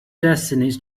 destinies